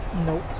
Nope